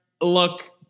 Look